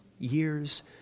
years